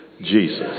jesus